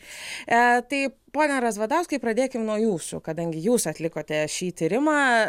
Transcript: a tai pone razvadauskui pradėkim nuo jūsų kadangi jūs atlikote šį tyrimą